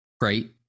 great